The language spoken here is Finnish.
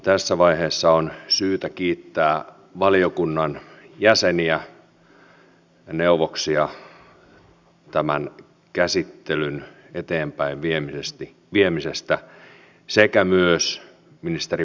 tässä vaiheessa on syytä kiittää valiokunnan jäseniä ja neuvoksia tämän käsittelyn eteenpäinviemisestä sekä myös ministeri berneriä yhteistyöstä